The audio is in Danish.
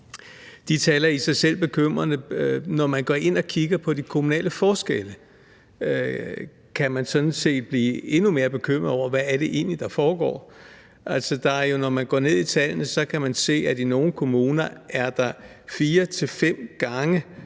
De tal er i sig selv bekymrende, og når man går ind og kigger på de kommunale forskelle, kan man sådan set blive endnu mere bekymret over, hvad det egentlig er, der foregår. Når man går ned i tallene, kan man se, at der i nogle kommuner er et fire til fem gange